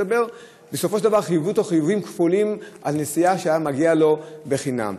בסופו של דבר חייבו אותו חיובים כפולים על נסיעה שהייתה מגיעה לו בחינם.